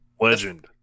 legend